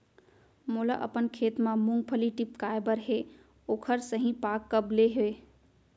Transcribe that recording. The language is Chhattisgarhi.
मोला अपन खेत म मूंगफली टिपकाय बर हे ओखर सही पाग कब ले हे?